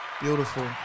Beautiful